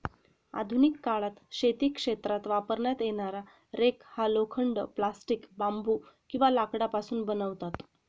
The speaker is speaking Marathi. आधुनिक काळात शेती क्षेत्रात वापरण्यात येणारा रेक हा लोखंड, प्लास्टिक, बांबू किंवा लाकडापासून बनवतात